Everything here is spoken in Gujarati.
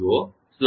સમય 5